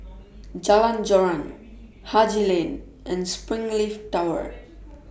Jalan Joran Haji Lane and Springleaf Tower